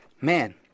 Man